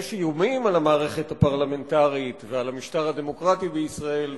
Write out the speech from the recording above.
יש איומים על המערכת הפרלמנטרית ועל המשטר הדמוקרטי בישראל,